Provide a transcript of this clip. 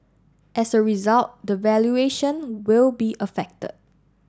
as a result the valuation will be affected